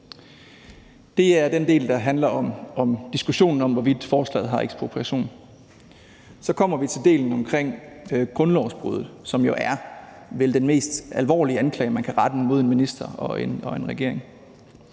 Det er den del, der handler om diskussionen om, hvorvidt forslaget indebærer ekspropriation. Så kommer vi til den del omkring grundlovsbrud, som vel er den mest alvorlige anklage, man kan rette mod en minister og en regering.